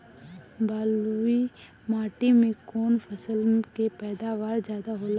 बालुई माटी में कौन फसल के पैदावार ज्यादा होला?